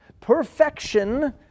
perfection